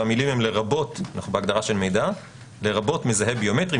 והמילים הם "לרבות מזהה ביומטרי,